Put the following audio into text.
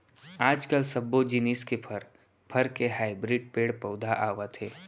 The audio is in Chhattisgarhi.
आजकाल सब्बो जिनिस के फर, फर के हाइब्रिड पेड़ पउधा आवत हे